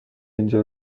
اینجا